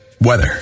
Weather